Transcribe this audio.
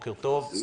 בבקשה.